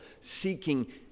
seeking